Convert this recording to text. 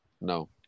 No